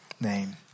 name